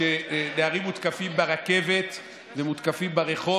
כשנערים מותקפים ברכבת ומותקפים ברחוב